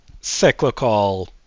cyclical